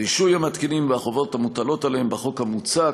רישוי המתקינים והחובות המוטלות עליהם בחוק המוצע,